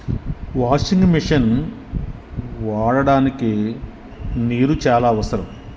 washing machine వాడడానికి నీరు చాలా అవసరం